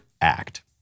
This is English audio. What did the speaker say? act